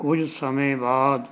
ਕੁਝ ਸਮੇਂ ਬਾਅਦ